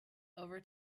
over